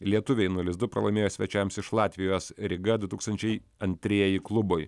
lietuviai nulis du pralaimėjo svečiams iš latvijos ryga du tūkstančiai antrieji klubui